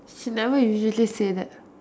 she never usually say that